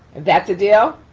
that's a deal.